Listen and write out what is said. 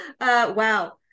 Wow